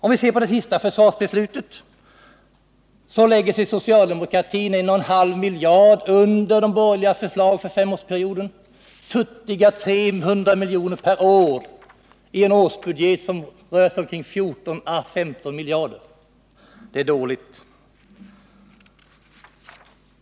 När det gäller det senaste försvarsbeslutet, så ligger socialdemokraternas förslag 1,5 miljarder kronor under de borgerligas för en femårsperiod; futtiga 300 miljoner per år i en årsbudget som rör sig kring 14 å 15 miljarder. Det är dåligt.